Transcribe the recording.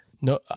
no